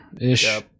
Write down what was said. ish